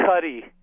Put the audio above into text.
Cuddy